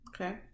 okay